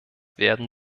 werden